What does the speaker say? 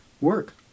work